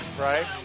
Right